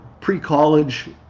pre-college